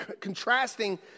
contrasting